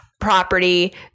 property